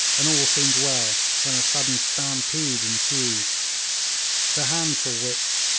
and all seemed well, when a sudden stampede ensued the handful which,